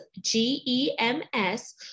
g-e-m-s